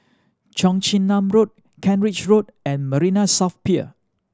Cheong Chin Nam Road Kent Ridge Road and Marina South Pier